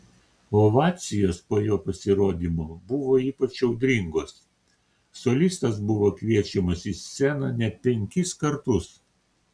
ovacijos po jo pasirodymo buvo ypač audringos solistas buvo kviečiamas į sceną net penkis kartus